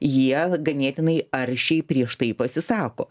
jie ganėtinai aršiai prieš tai pasisako